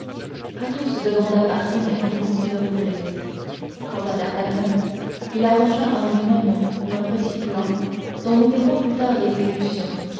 dégainer athos demanda par signe à grimaud une bouteille quant à d'artagnan il arrangea en lui-même un petit plan dont nous verrons plus tard l'exécution